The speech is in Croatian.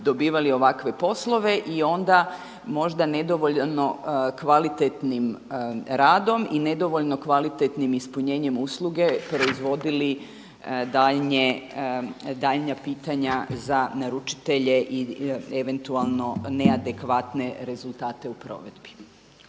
dobivali ovakve poslove i onda možda nedovoljno kvalitetnim radom i nedovoljno kvalitetnim ispunjenjem usluge proizvodili daljnja pitanja za naručitelje i eventualno neadekvatne rezultate u provedbi.